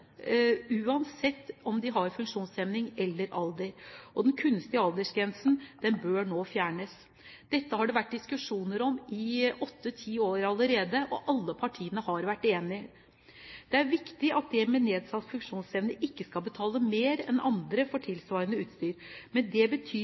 uansett funksjonshemning eller alder. Den kunstige aldersgrensen bør nå fjernes. Dette har det vært diskusjoner om i åtte–ti år allerede, og alle partiene har vært enige. Det er viktig at de med nedsatt funksjonsevne ikke skal betale mer enn andre for